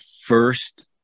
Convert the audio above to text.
first